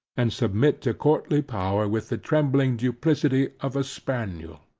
and submit to courtly power with the trembling duplicity of a spaniel.